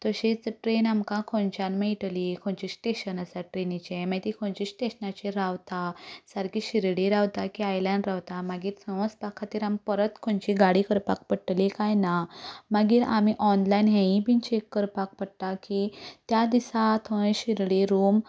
तशीच ट्रॅन आमकां खंयच्यान मेळटली खंयचें स्टेशन आसा ट्रॅनिचें मागीर ती खंयच्या स्टेशनाचेर रावता सारकी शिर्डी रावता की आयल्यान रावता मागीर थंय वचपा खातीर आमकां परत खंयची गाडी करपाक पडटली काय ना मागीर आमी ऑनलायन हेंवूय बी चॅक करपाक पडटा की त्या दिसा थंय शिर्डी रूम